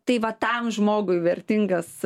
tai va tam žmogui vertingas